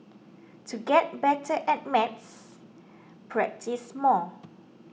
to get better at maths practise more